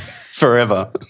Forever